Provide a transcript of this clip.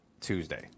Tuesday